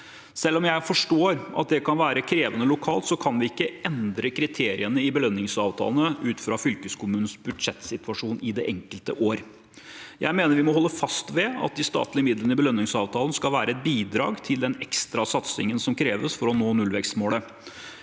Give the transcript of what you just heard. Selv om jeg forstår at det kan være krevende lokalt, kan vi ikke endre kriteriene i belønningsavtalene ut fra fylkeskommunens budsjettsituasjon i det enkelte år. Jeg mener vi må holde fast ved at de statlige midlene i belønningsavtalen skal være et bidrag til den ekstra satsingen som kreves for å nå nullvekstmålet.